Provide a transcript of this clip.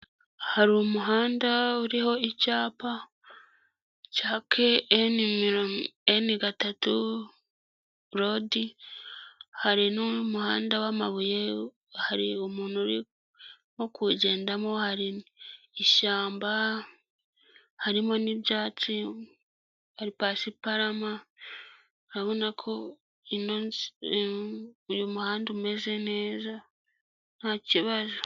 Hari umuhanda uriho icyapa cya KN gatatu lodi, hari n'umuhanda w'amabuye, hari umuntu urimo kuwugendamo, hari ishyamba, harimo n'ibyatsi, hari pasiparama, urabona ko uyu muhanda umeze neza nta kibazo.